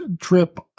trip